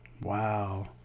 wow